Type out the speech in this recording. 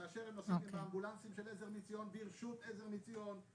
כאשר הם נוסעים עם האמבולנסים של עזר מציון ברשות עזר מציון.